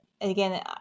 again